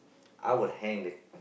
I will hang the